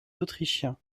autrichiens